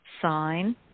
sign